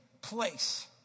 place